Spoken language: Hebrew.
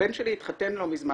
הבן שלי התחתן לא מזמן,